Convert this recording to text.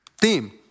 theme